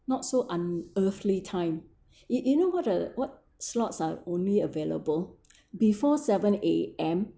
not so unearthly time you you know what uh what slots are only available before seven A_M